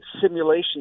simulation